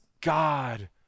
God